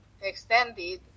extended